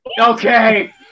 Okay